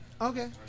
Okay